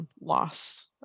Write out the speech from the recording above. loss